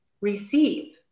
receive